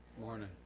Morning